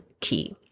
key